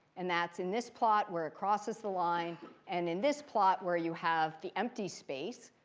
and that's in this plot where it crosses the line and in this plot where you have the empty space.